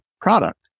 product